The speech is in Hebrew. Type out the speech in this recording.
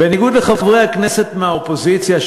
בניגוד לחברי הכנסת מהאופוזיציה,